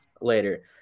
later